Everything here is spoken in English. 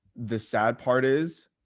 the sad part is.